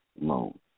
loan